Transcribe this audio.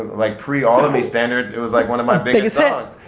like pre all of me standards it was like one of my biggest songs.